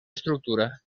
estructura